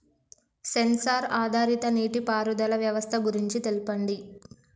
Censor ఆధారిత నీటిపారుదల వ్యవస్థ గురించి తెల్పండి?